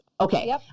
Okay